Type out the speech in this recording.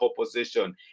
opposition